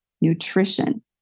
nutrition